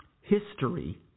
History